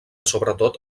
sobretot